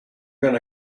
going